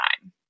time